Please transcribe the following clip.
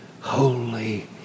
holy